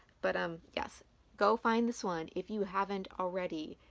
but, um, yes go find this one if you haven't already.